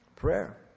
prayer